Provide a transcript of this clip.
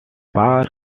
bark